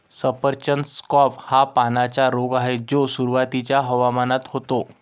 सफरचंद स्कॅब हा पानांचा रोग आहे जो सुरुवातीच्या हवामानात होतो